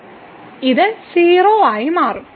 ഇത് 0 ആയി മാറും